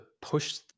push